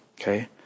Okay